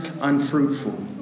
unfruitful